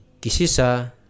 kisisa